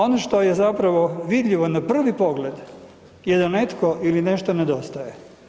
Ono što je zapravo vidljivo na prvi pogled je da netko ili nešto nedostaje.